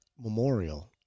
memorial